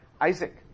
Isaac